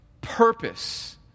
purpose